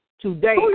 Today